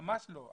ממש לא,